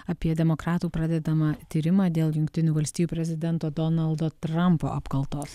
apie demokratų pradedamą tyrimą dėl jungtinių valstijų prezidento donaldo trampo apkaltos